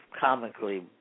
comically